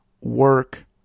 work